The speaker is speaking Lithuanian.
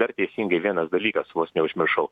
dar teisingai vienas dalykas vos neužmiršau